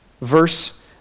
verse